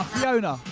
Fiona